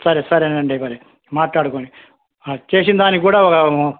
సరే సరేనండి మరి మాట్లాడుకుని చేసిందానికి కూడా ఒక